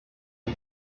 and